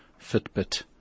Fitbit